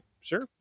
sure